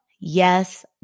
yes